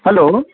hello